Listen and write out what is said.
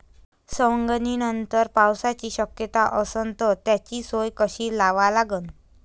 सवंगनीनंतर पावसाची शक्यता असन त त्याची सोय कशी लावा लागन?